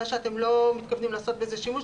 זה שאתם לא מתכוונים לעשות בזה שימוש,